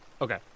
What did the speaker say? Okay